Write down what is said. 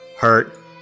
hurt